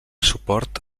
suport